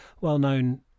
well-known